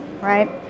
right